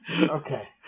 okay